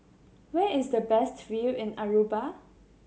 where is the best view in Aruba